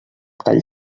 tall